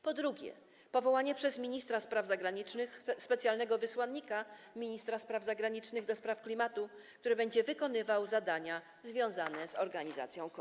Po drugie, powołanie przez ministra spraw zagranicznych specjalnego wysłannika ministra spraw zagranicznych ds. klimatu, który będzie wykonywał zadania związane z organizacją COP.